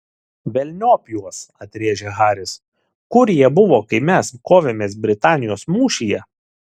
velniop juos atrėžė haris kur jie buvo kai mes kovėmės britanijos mūšyje